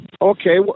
Okay